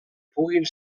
puguin